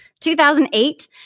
2008